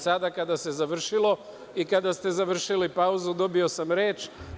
Sada kada se završilo i kada ste završili pauzu, dobio sam reč.